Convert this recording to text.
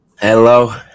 Hello